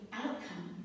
outcome